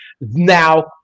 now